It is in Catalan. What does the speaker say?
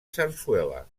sarsuela